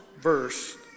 verse